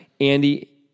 Andy